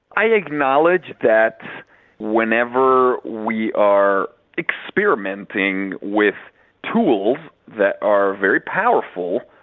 i acknowledge that whenever we are experimenting with tools that are very powerful,